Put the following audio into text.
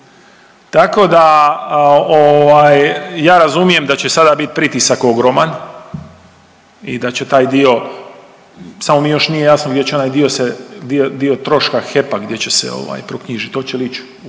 Tako da ovaj ja razumijem da će sada bit pritisak ogroman i da će taj dio, samo mi još nije jasno gdje će onaj dio se, dio, dio troška HEP-a gdje će se ovaj proknjižit, oće li ić